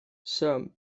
some